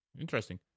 Interesting